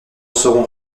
serons